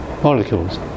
molecules